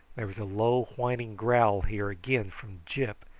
there was a low whining growl here again from gyp,